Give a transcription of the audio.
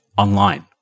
online